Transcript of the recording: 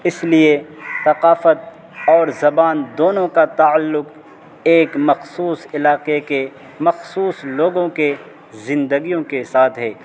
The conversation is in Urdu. اس لیے ثقافت اور زبان دونوں کا تعلق ایک مخصوص علاقے کے مخصوص لوگوں کے زندگیوں کے ساتھ ہے